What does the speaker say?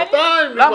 שנתיים.